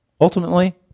Ultimately